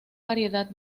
variedad